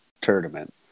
tournament